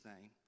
name